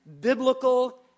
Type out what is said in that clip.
biblical